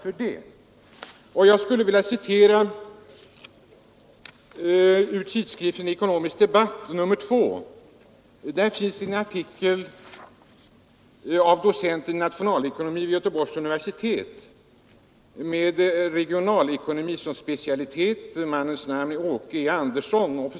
I nr 2 av tidskriften Ekonomisk Debatt finns en artikel av Åke E. Andersson, docent i nationalekonomi vid Göteborgs universitet med regionalekonomi som specialitet, som jag i detta sammanhang gärna vill citera.